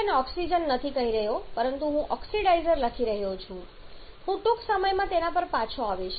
હું તેને ઓક્સિજન નથી કહી રહ્યો પરંતુ હું ઓક્સિડાઇઝર લખી રહ્યો છું હું ટૂંક સમયમાં તેના પર પાછો આવીશ